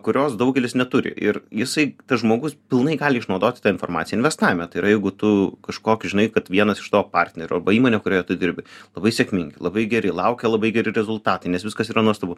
kurios daugelis neturi ir jisai tas žmogus pilnai gali išnaudoti tą informaciją investavime tai yra jeigu tu kažkokį žinai kad vienas iš tavo partnerių įmonė kurioje tu dirbi labai sėkmingi labai geri laukia labai geri rezultatai nes viskas yra nuostabu